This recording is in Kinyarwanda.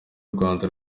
rwanda